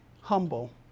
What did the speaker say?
humble